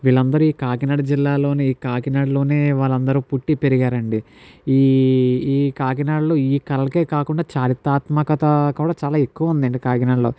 వీళ్ళందరూ ఈ కాకినాడ జిల్లాలోని కాకినాడలోనే వాళ్ళందరూ పుట్టి పెరిగారండి ఈ ఈ కాకినాడలో ఈ కళలకే కాకుండా చారితాత్మకత కూడా చాలా ఎక్కువుందండి కాకినాడలో